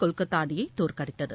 கொல்கத்தா அணியை தோற்கடித்தது